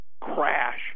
crash